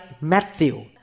Matthew